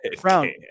Brown